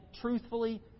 truthfully